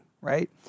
right